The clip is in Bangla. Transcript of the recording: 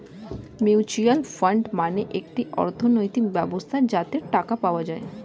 মিউচুয়াল ফান্ড মানে একটি অর্থনৈতিক ব্যবস্থা যাতে টাকা পাওয়া যায়